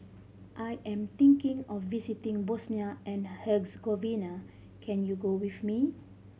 I am thinking of visiting Bosnia and Herzegovina can you go with me